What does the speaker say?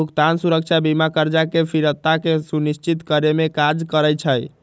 भुगतान सुरक्षा बीमा करजा के फ़िरता के सुनिश्चित करेमे काज करइ छइ